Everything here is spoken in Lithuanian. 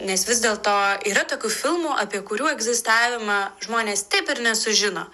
nes vis dėlto yra tokių filmų apie kurių egzistavimą žmonės taip ir nesužino